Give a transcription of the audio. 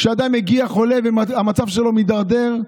כשאדם מגיע חולה והמצב שלו מידרדר,